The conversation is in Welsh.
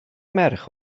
merch